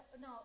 No